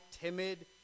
timid